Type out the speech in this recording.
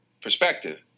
perspective